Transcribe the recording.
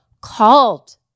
called